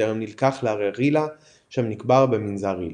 בטרם נלקח להרי רילה שם נקבר במנזר רילה.